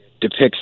depicts